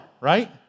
right